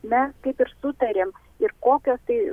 mes kaip ir sutarėm ir kokios tai